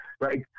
right